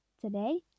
Today